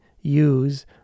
use